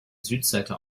südseite